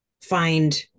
find